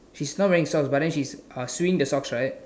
she's not wearing socks but then she's uh sewing the socks right